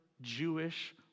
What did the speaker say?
Jewish